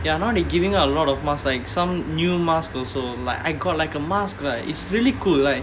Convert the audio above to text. ya now they giving out a lot of mask like some new mask also like I got like a mask right it's really cool like